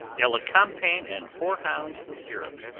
elecampane and hoarhound syrup.